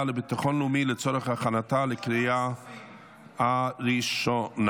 לביטחון לאומי לצורך הכנתה לקריאה הראשונה.